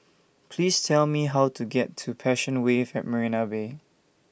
Please Tell Me How to get to Passion Wave At Marina Bay